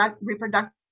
reproductive